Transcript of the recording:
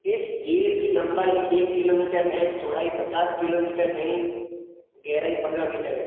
इस झील की लम्बाई एक किलोमीटर है चौड़ाई पचास किलोमीटर है गहराई पन्द्रह मीटर है